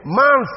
man